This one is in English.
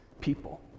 people